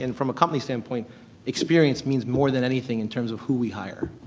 and from a company standpoint experience means more than anything in terms of who we hire.